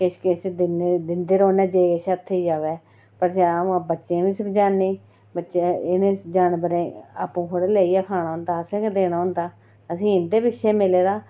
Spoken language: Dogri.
किश किश दिंदे रौह्न्ने जे किश हत्थें च आवै पर जैदा अ'ऊं बच्चें गी बी समझान्नी इ'नें जानवरें आपूं थोह्ड़े लेइयै खाना होंदा असें गै देना होंदा असेंगी इं'दे पिच्छे मिले दा